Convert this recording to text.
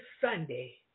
Sunday